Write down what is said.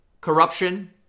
corruption